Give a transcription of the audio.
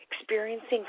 experiencing